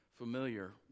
Familiar